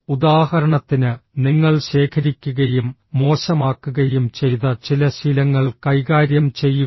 ഉദാഹരണത്തിന് നിങ്ങൾ ശേഖരിക്കുകയും മോശമാക്കുകയും ചെയ്ത ചില ശീലങ്ങൾ കൈകാര്യം ചെയ്യുക